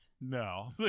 No